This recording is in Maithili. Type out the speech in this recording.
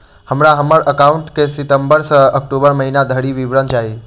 हमरा हम्मर एकाउंट केँ सितम्बर सँ अक्टूबर महीना धरि विवरण चाहि?